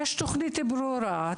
יש תוכנית ברורה,